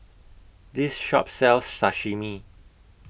This Shop sells Sashimi